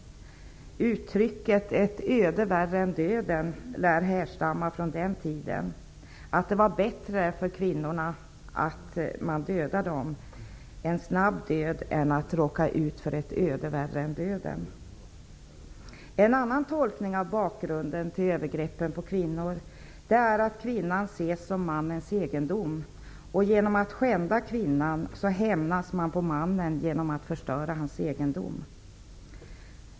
Uttrycket ett öde värre än döden lär härstamma från den tiden. Det var bättre för kvinnorna med en snabb död än att råka ut för ett öde värre än döden. En annan tolkning av bakgrunden till övergreppen på kvinnor är att kvinnan ses som mannens egendom. Genom att skända kvinnan hämnas man på mannen genom att förstöra hans egendom.